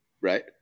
right